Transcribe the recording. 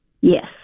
Yes